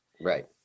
Right